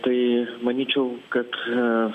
tai manyčiau kad